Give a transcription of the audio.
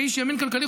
כאיש ימין כלכלי,